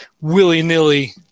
willy-nilly